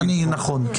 נכון.